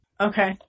Okay